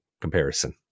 comparison